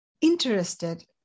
interested